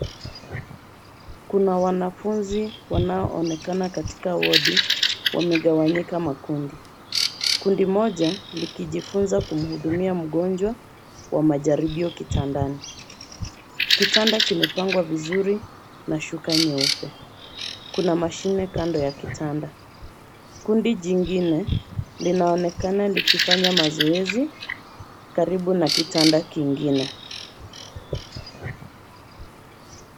Kuna wanafunzi wanaoonekana katika wodi. Wamegawanyika makundi. Kundi moja likijifunza kumhudumia mgonjwa wa majaribio kitandani. Kitanda kimepangwa vizuri na shuka nyeupe. Kuna mashine kando ya kitanda. Kundi jingine linaonekana likifanya mazoezi karibu na kitanda kingine.